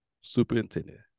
superintendent